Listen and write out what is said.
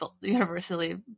universally